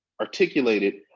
articulated